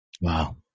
Wow